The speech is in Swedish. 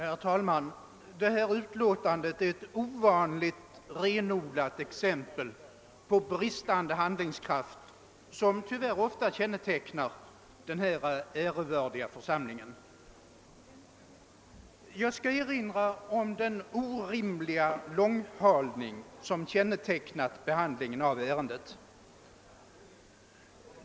Herr talman! Detta utskottsutlåtande är ett ovanligt renodlat exempel på den bristande handlingskraft som tyvärr ofta kännetecknar denna ärevördiga församling. Jag skall erinra om den orimliga förhalning som detta ärende har utsatts för.